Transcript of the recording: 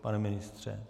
Pane ministře?